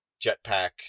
jetpack